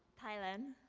thailand.